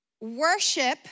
Worship